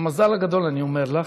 המזל הגדול, אני אומר לך,